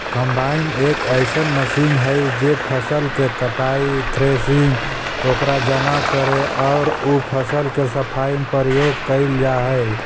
combine एक अइसन machine हई जे फसल के कटाई, थ्रेसिंग, ओकरा जमा करे औउर उ फसल के सफाई में प्रयोग कईल जा हई